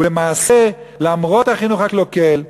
ולמעשה למרות החינוך הקלוקל,